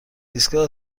ایستگاه